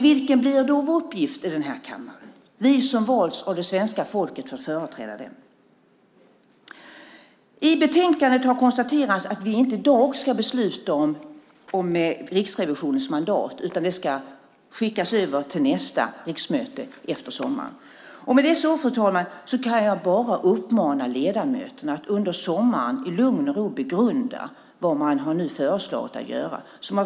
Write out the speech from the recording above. Vilken blir då vår uppgift i den här kammaren - vi som har valts av det svenska folket för att företräda dem? I betänkandet har det konstaterats att vi inte i dag ska besluta om Riksrevisionens mandat. Det ska skickas över till nästa riksmöte efter sommaren. Med dessa ord, fru talman, kan jag bara uppmana ledamöterna att under sommaren i lugn och ro begrunda vad man nu har föreslagit att vi ska göra.